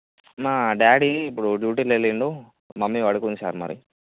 మా డాడీ ఇప్పుడు డ్యూటీకి వెళ్ళిండు మమ్మీ పడుకుంది సార్ మరి